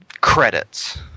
credits